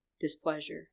displeasure